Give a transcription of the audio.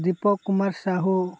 Deepak Kumar Sahu